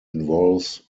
involves